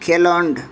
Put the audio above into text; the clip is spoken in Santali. ᱠᱷᱮᱞᱳᱸᱰ